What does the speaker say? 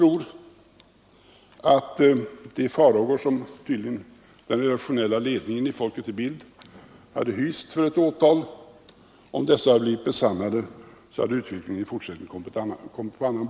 Om de farhågor som den redaktionella ledningen i Folket i Bild tydligen hyste för ett åtal hade blivit besannade, tror vi att utvecklingen kommit att bli en annan.